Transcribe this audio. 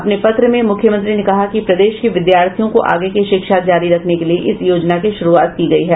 अपने पत्र में मुख्यमंत्री ने कहा है कि प्रदेश के विद्यार्थियों को आगे की शिक्षा जारी रखने के लिए इस योजना की शुरूआत की गयी है